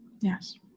Yes